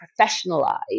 professionalize